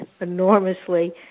enormously